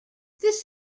this